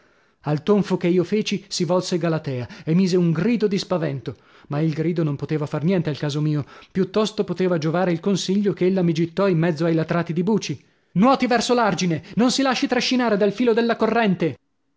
al tonfo che io feci si volse galatea e mise un grido di spavento ma il grido non poteva far niente al caso mio piuttosto poteva giovare il consiglio che ella mi gittò in mezzo ai latrati di buci nuoti verso l'argine non si lasci trascinare dal filo della corrente